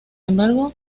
embargo